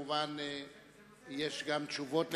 מובן שיש גם תשובות לכך.